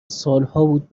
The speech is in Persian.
سالهابود